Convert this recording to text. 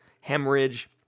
hemorrhage